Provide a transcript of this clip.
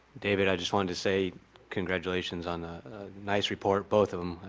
david, i just wanted to say congratulations on a nice report. both of them,